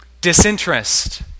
disinterest